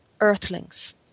earthlings